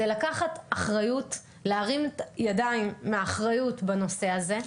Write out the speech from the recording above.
זה לקחת אחריות, להרים ידיים מהאחריות בנושא הזה.